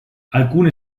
alcune